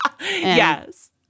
Yes